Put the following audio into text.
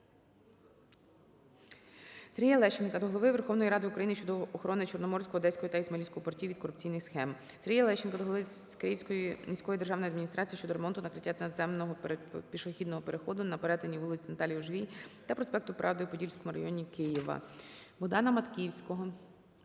Сергія Лещенка до Голови Верховної Ради України щодо охорони Чорноморського, Одеського та Ізмаїльського портів від корупційних схем. Сергія Лещенка до голови Київської міської державної адміністрації щодо ремонту накриття надземного пішохідного переходу на перетині вулиць Наталії Ужвій та проспекту Правди у Подільському районі Києва.